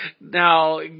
now